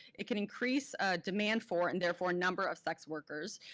it can increase ah demand for and therefore number of sex workers,